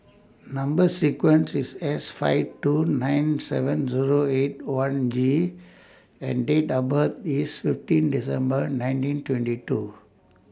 Number sequence IS S five two nine seven Zero eight one G and Date of birth IS fifteenth December nineteen twenty two